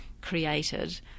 created